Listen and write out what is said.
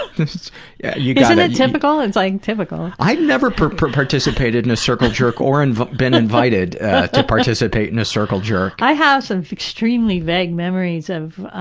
yeah yeah isn't it typical? it's like typical. i've never participated in a circle jerk or and been invited to participate in a circle jerk. i have some extremely vague memories of